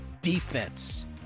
defense